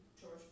George